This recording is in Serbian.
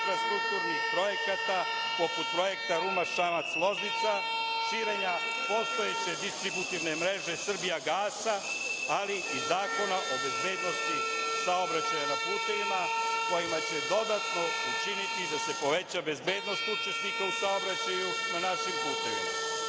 infrastrukturnih projekata poput projekta Ruma-Šabac-Loznica, širenja postojeće distributivne mreže „Srbijagasa“, ali i zakona o bezbednosti saobraćaja na putevima, kojima će dodatno učiniti da se poveća bezbednost učesnika u saobraćaju na našim putevima. Kao